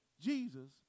Jesus